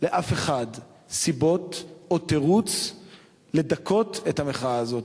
לאף אחד סיבות או תירוץ לדכא את המחאה הזאת.